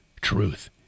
Truth